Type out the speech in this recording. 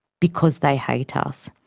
because they hate us.